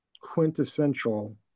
quintessential